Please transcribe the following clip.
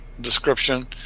description